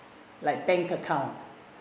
like bank account